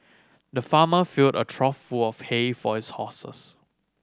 the farmer filled a trough full of hay for his horses